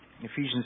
Ephesians